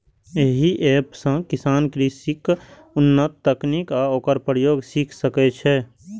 एहि एप सं किसान कृषिक उन्नत तकनीक आ ओकर प्रयोग सीख सकै छै